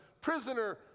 prisoner